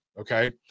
okay